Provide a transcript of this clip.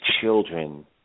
children